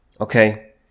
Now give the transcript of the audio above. Okay